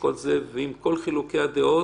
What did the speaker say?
ועם כל חילוקי הדעות,